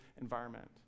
environment